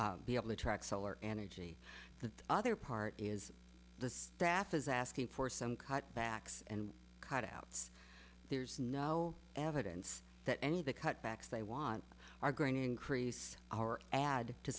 be able to track solar energy the other part is the staff is asking for some cutbacks and cut outs there's no evidence that any of the cutbacks they want are going increase our add to